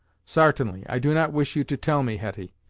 sartainly, i do not wish you to tell me, hetty,